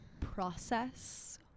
process